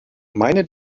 meine